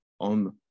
on